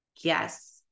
yes